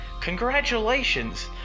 congratulations